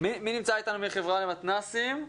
מי נמצא איתנו מהחברה למתנ"סים?